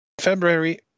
February